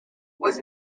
was